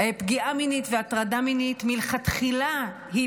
פגיעה מינית והטרדה מינית מלכתחילה הן